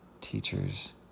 teachers